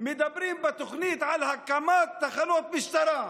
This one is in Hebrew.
מדברים בתוכנית על הקמת תחנות משטרה.